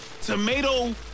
tomato